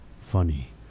funny